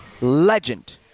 Legend